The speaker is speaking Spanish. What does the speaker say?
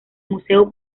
museo